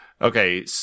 Okay